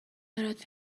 دارد